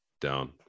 down